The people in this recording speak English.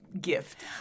gift